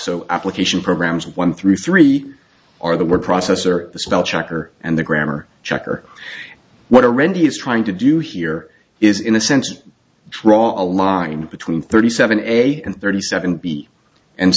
so application programs one through three are the word processor the spell checker and the grammar checker what a rent he is trying to do here is in a sense draw a line between thirty seven eight and thirty seven b and